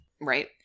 right